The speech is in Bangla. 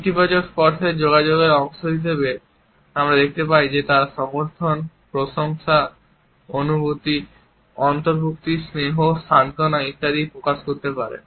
ইতিবাচক স্পর্শের যোগাযোগের অংশ হিসাবে আমরা দেখতে পাই যে তারা সমর্থন প্রশংসা অন্তর্ভুক্তি স্নেহ সান্ত্বনা ইত্যাদি প্রকাশ করতে পারে